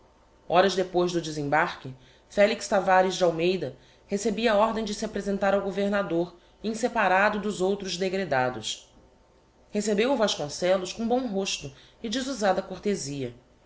horas depois do desembarque felix tavares de almeida recebia ordem de se apresentar ao governador em separado dos outros degredados recebeu-o vasconcellos com bom rosto e desusada cortezia